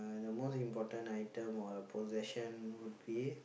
the most important item or a possession will be